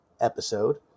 episode